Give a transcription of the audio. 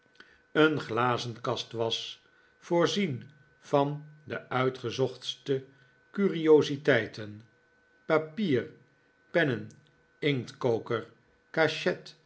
een glazenkast was voorzien van de uitgezochtste curiositeiten papier pennen inktkoker